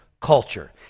culture